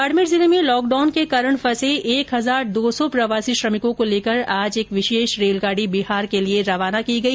बाडमेर जिले में लॉकडाउन के कारण फंसे एक हजार दौ सौ प्रवासी श्रमिकों को लेकर आज एक विशेष रेलगाडी बिहार के लिए रवाना की गई